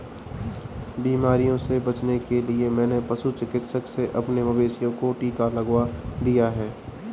बीमारियों से बचने के लिए मैंने पशु चिकित्सक से अपने मवेशियों को टिका लगवा दिया है